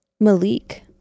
Malik